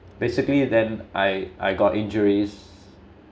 basically then I I got injuries